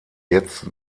jetzt